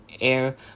air